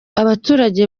abaturage